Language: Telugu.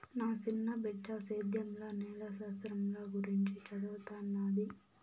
నా సిన్న బిడ్డ సేద్యంల నేల శాస్త్రంల గురించి చదవతన్నాది